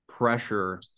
pressure